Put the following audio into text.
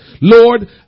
Lord